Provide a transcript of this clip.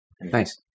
Nice